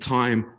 time